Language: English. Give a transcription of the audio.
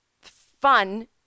fun